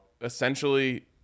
essentially